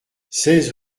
seize